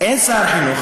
אין שר חינוך,